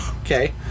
Okay